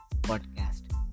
podcast